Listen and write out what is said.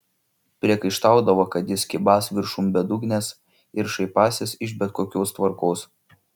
priekaištaudavo kad jis kybąs viršum bedugnės ir šaipąsis iš bet kokios tvarkos